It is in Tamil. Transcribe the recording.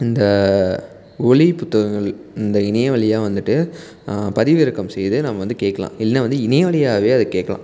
இந்த ஒலி புத்தகங்கள் இந்த இணையம் வழியாக வந்துட்டு பதிவிறக்கம் செய்து நம்ம வந்து கேட்கலாம் இல்லைன்னா வந்து இணையம் வழியாகவே அது கேட்கலாம்